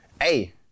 hey